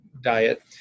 diet